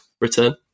return